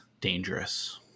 dangerous